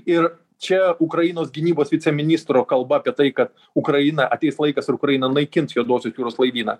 ir čia ukrainos gynybos viceministro kalba apie tai kad ukraina ateis laikas ir ukrainą naikint juodosios jūros laivyną